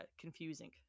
confusing